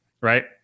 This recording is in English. right